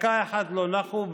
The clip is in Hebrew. דקה אחת לא נחו.